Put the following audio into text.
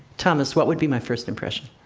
thomas, what would be my first impression?